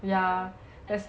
ya and